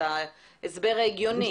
את ההסבר ההגיוני.